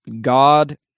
God